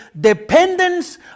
dependence